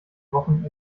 wochen